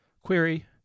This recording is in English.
Query